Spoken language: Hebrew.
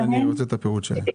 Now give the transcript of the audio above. אני רוצה את הפירוט שלהן.